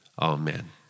amen